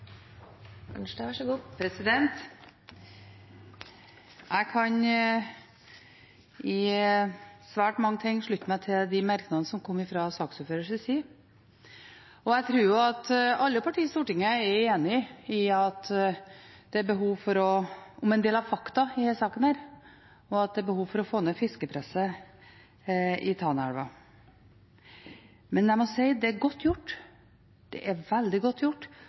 Jeg kan i svært mye slutte meg til de merknadene som kom fra saksordførerens side. Jeg tror at alle partier i Stortinget er enige om en del av fakta i denne saken, og at det er behov for å få ned fiskepresset i Tanaelva. Men jeg må si det er veldig godt gjort å ha gjennomført en prosess så fullstendig uten legitimitet lokalt som det en har gjort